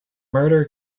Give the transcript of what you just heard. murder